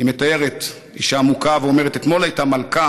היא מתארת אישה מוכה ואומרת: "אתמול הייתה מלכה,